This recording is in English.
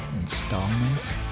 installment